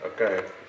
Okay